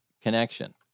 connection